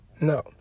no